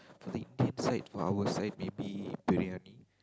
the Indian side or our side I think briyani